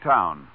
Town